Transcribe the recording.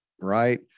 right